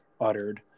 uttered